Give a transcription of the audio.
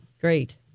Great